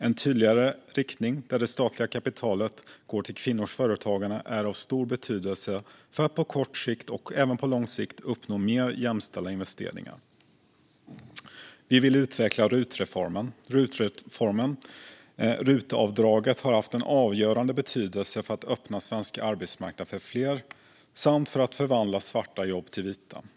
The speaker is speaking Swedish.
En tydligare riktning där det statliga kapitalet går till kvinnors företagande är av stor betydelse för att på kort sikt och även på lång sikt uppnå mer jämställda investeringar. Vi vill utveckla rutreformen. Rutavdraget har haft en avgörande betydelse för att öppna svensk arbetsmarknad för fler samt för att förvandla svarta jobb till vita.